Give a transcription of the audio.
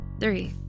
Three